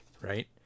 right